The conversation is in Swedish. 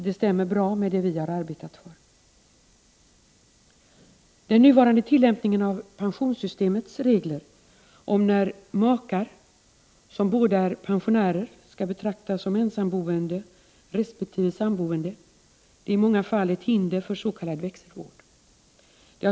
Det stämmer bra med det som vi har arbetat för. Den nuvarande tillämpningen av pensionssystemets regler om när makar som båda är pensionärer skall betraktas som ensamboende resp. sammanboende är i många fall ett hinder för s.k. växelvård.